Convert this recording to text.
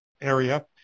area